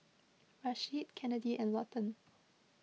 Rasheed Kennedi and Lawton